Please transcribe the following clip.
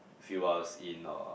few hours in or